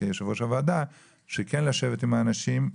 כיושב-ראש הוועדה שכן לשבת עם האנשים,